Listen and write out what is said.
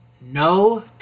No